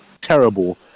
terrible